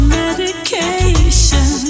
medication